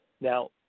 Now